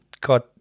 god